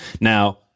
Now